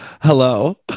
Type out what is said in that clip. Hello